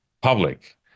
public